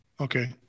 Okay